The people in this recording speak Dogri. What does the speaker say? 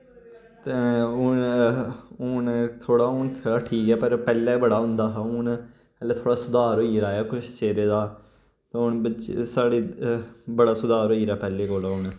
तैं हून हून थोह्ड़ा हून थोह्ड़ा ठीक ऐ पर पैह्लै बड़ा होंदा हा हून पैह्ले थोह्ड़ा सुधार होई गेदा ऐ कुछ चिरे दा ते हुन बच्चे साढ़े बड़ा सुधार होई गेदा पैह्ले कोला हून